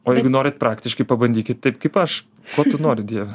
o jeigu norit praktiškai pabandykit taip kaip aš ko tu nori dieve